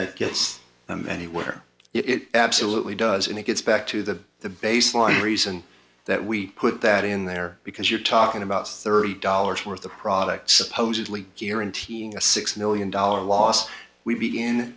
that gets them anywhere it absolutely does and it gets back to the the baseline reason that we put that in there because you're talking about thirty dollars worth of product supposedly here in teaching a six million dollar loss we begin